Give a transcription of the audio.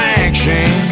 action